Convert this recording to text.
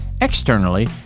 Externally